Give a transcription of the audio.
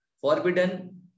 forbidden